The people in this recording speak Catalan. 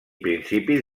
principis